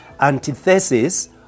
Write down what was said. antithesis